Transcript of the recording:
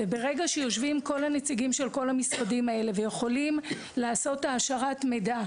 וברגע שיושבים כל הנציגים של כל המשרדים האלה ויכולים לעשות העשרת מידע,